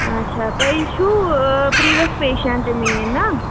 اچھا تُہی چھوٗ پرٛیویٚس پیشنٛٹہٕ میٛٲنۍ نا